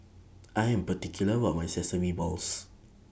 I Am particular about My Sesame Balls